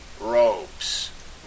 robes